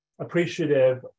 appreciative